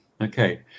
okay